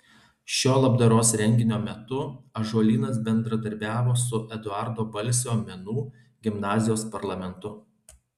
šio labdaros renginio metu ąžuolynas bendradarbiavo su eduardo balsio menų gimnazijos parlamentu